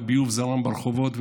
והביוב זרם ברחובות,